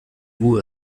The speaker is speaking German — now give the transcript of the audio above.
uhr